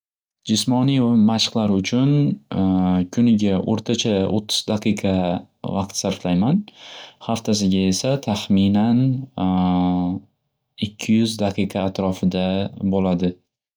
Jismoniy mashqlar uchun kuniga o'rtacha o'ttiz daqiqa vaqt sarflayman haftasiga esa taxminan ikki yuz daqiqa atrofida bo'ladi.